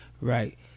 Right